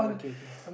okay okay